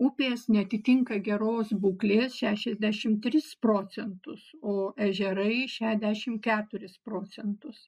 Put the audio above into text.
upės neatitinka geros būklės šešiasdešim tris procentus o ežerai šešdešim keturis procentus